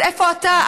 אז איפה אתה,